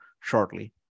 shortly